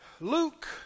Luke